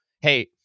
hey